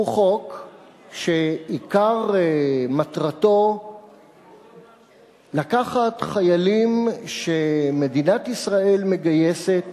הוא חוק שעיקר מטרתו לקחת חיילים שמדינת ישראל מגייסת